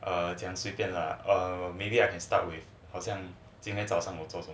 err 讲随便 lah or maybe I can start with 好像今天早上我们做什么